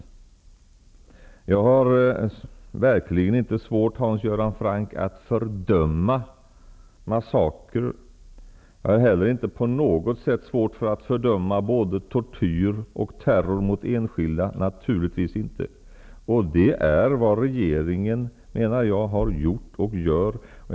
Hans Göran Franck, jag har verkligen inte svårt att fördöma massakrer. Jag har heller inte på något sätt svårt att fördöma både tortyr och terror mot enskilda. Det är vad regeringen har gjort och gör, menar jag.